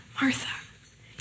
Martha